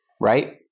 Right